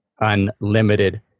unlimited